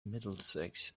middlesex